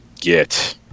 get